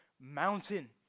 Mountain